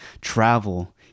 travel